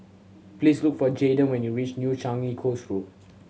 please look for Jaiden when you reach New Changi Coast Road